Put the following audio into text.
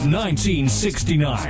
1969